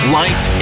life